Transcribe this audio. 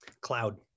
Cloud